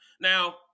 Now